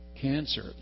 cancer